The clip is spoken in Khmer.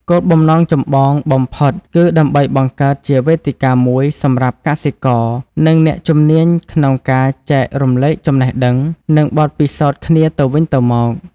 គោលបំណងចម្បងបំផុតគឺដើម្បីបង្កើតជាវេទិកាមួយសម្រាប់កសិករ និងអ្នកជំនាញក្នុងការចែករំលែកចំណេះដឹង និងបទពិសោធន៍គ្នាទៅវិញទៅមក។